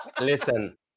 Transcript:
listen